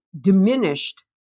diminished